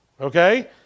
okay